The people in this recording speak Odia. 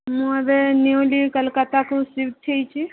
ମୁଁ ଏବେ ନିୟୁଲି କଲିକତାକୁ ସିଫ୍ଟ ହେଇଛି